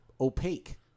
opaque